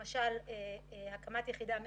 אחד השינויים הוא הקמת יחידה 105,